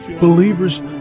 Believers